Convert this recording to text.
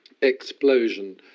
explosion